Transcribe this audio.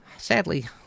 Sadly